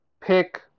pick